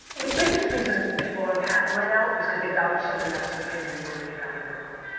the biggest reason people are unhappy right now is cause they value somebody else's opinion more than they value their own.